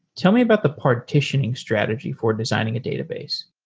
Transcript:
tell me about the partitioning strategy for designing a database.